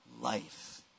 life